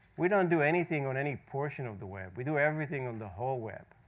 we don't do anything on any portion of the web, we do everything on the whole web.